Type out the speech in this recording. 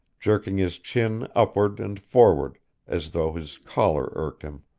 jerking his chin upward and forward as though his collar irked him.